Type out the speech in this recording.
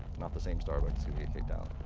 not the same starbucks, you'll get kicked out.